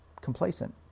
complacent